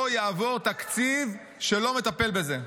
לא יעבור תקציב שלא מטפל בזה.